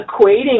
equating